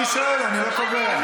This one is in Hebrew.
לכו לעזה,